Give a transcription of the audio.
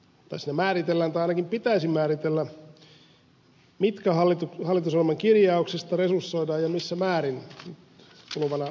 siinähän määritellään tai ainakin pitäisi määritellä mitkä hallitusohjelman kirjauksista resursoidaan ja missä määrin kuluvana kehyskautena